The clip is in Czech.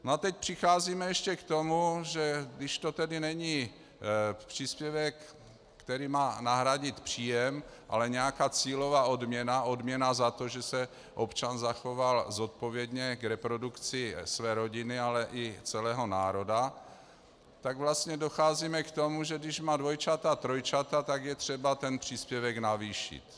A teď přicházíme ještě k tomu, že když to není příspěvek, který má nahradit příjem, ale nějaká cílová odměna, odměna za to, že se občan zachoval zodpovědně k reprodukci své rodiny, ale i celého národa, tak vlastně docházíme k tomu, že když má dvojčata, trojčata, tak je třeba ten příspěvek navýšit.